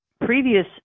previous